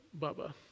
Bubba